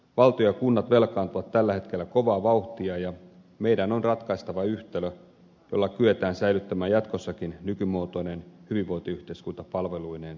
valtio ja kunnat velkaantuvat tällä hetkellä kovaa vauhtia ja meidän on ratkaistava yhtälö jolla kyetään säilyttämään jatkossakin nykymuotoinen hyvinvointiyhteiskunta palveluineen ja tulonsiirtoineen